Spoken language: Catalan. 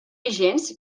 vigents